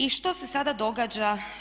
I što se sada događa?